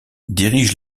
dirige